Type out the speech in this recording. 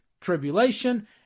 tribulation